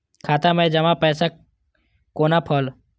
खाता मैं जमा पैसा कोना कल